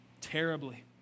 terribly